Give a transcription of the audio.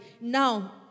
Now